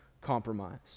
compromise